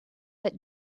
that